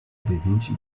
presente